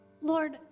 Lord